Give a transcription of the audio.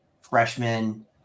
freshman